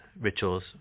rituals